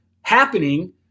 happening